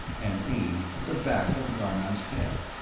and aimed at the back of garnon's head.